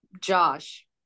Josh